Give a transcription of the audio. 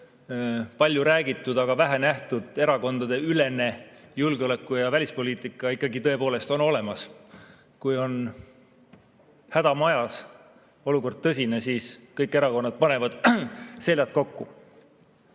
palju räägitud, aga vähe nähtud erakondadeülene julgeoleku‑ ja välispoliitika ikkagi tõepoolest on olemas. Kui häda on majas, olukord tõsine, siis panevad kõik erakonnad seljad kokku.